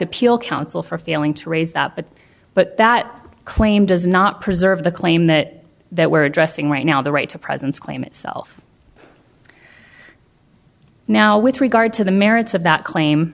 appeal counsel for failing to raise that but but that claim does not preserve the claim that that we're addressing right now the right to presents claim itself now with regard to the merits of that claim